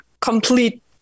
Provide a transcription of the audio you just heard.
complete